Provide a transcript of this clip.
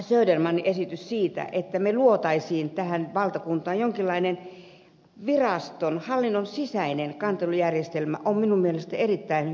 södermanin esitys siitä että me loisimme tähän valtakuntaan jonkinlaisen viraston hallinnon sisäisen kantelujärjestelmän on minun mielestäni erittäin tervetullut